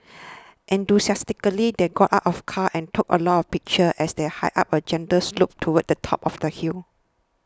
enthusiastically they got out of car and took a lot of pictures as they hiked up a gentle slope towards the top of the hill